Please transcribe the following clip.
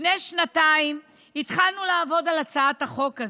לפני שנתיים התחלנו לעבוד על הצעת החוק הזו.